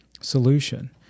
solution